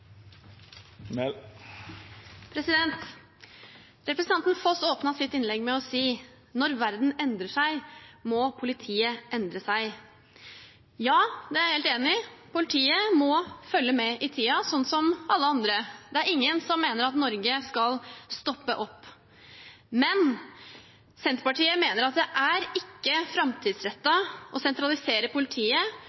øvrig. Representanten Foss åpnet sitt innlegg med å si: Når verden endrer seg, må politiet endre seg. Ja, det er jeg helt enig i. Politiet må følge med i tiden, sånn som alle andre. Det er ingen som mener at Norge skal stoppe opp. Men Senterpartiet mener at det ikke er